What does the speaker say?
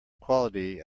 quality